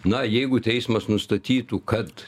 na jeigu teismas nustatytų kad